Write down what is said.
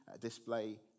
display